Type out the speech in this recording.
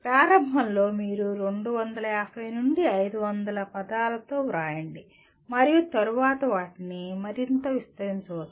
ప్రారంభంలో మీరు 250 నుండి 500 పదాలలో వ్రాయండి మరియు తరువాత వాటిని మరింత విస్తరించవచ్చు